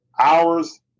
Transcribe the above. hours